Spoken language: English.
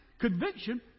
conviction